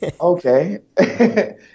Okay